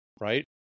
right